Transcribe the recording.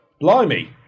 blimey